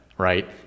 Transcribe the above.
Right